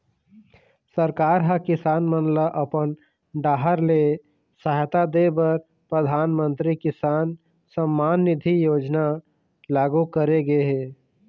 सरकार ह किसान मन ल अपन डाहर ले सहायता दे बर परधानमंतरी किसान सम्मान निधि योजना लागू करे गे हे